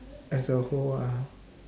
as a whole ah